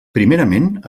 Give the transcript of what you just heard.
primerament